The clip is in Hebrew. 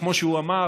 כמו שהוא אמר,